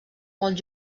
molt